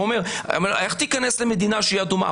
אומרים, איך תיכנס למדינה שהיא אדומה?